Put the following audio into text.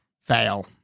Fail